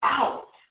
out